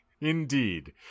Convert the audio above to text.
Indeed